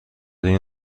این